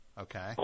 okay